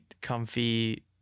comfy